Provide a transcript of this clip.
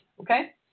Okay